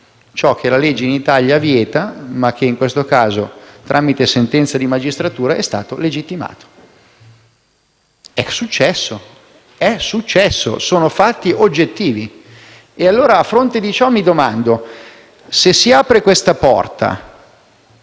Ciò che la legge in Italia vieta, in questo caso, tramite una sentenza della magistratura, è stato legittimato. È successo davvero; sono fatti oggettivi. Allora, a fronte di ciò, mi domando: se si apre questa porta,